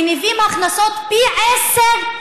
מניבים הכנסות פי עשרה,